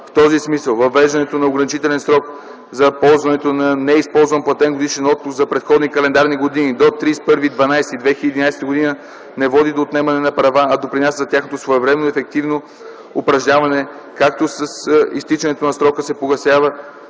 В този смисъл въвеждането на ограничителен срок за ползването на неизползван платен годишен отпуск за предходни календарни години до 31.12.2011 г. не води до отнемане на права, а допринася за тяхното своевременно и ефективно упражняване, като с изтичането на срока се погасява